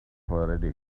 already